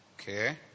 Okay